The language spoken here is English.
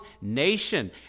nation